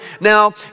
Now